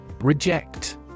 Reject